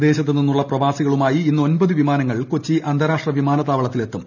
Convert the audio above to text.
വിദേശത്ത് നിന്നുള്ള പ്രവാസികളുമായി ് ഇ്ന്നു് ഒൻപത് വിമാനങ്ങൾ കൊച്ചി അന്താരാഷ്ട്ര വിമാനത്താവിളത്തിൽ എത്തും